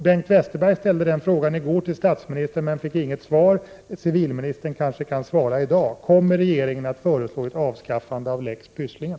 Bengt Westerberg ställde frågan i går till statsministern men fick inget svar. Kanske kan civilministern svara i dag: Kommer regeringen att föreslå ett avskaffande av lex Pysslingen?